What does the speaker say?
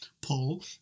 pull